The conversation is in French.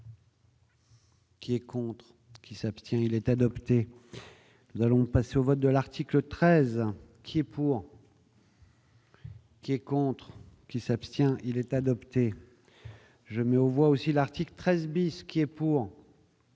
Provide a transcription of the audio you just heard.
Qui est contre qui s'abstient, il est adopté, nous allons passer au vote de l'article 13 qui est pour. Qui est contre qui s'abstient, il est adopté, je mais on voit aussi l'article 13 bis qui est pour,